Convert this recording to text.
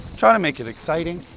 try to make it exciting.